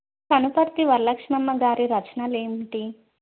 కనుపర్తి వరలక్ష్మమ్మ గారి రచనలేమిటి